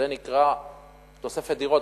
זה נקרא תוספת דירות,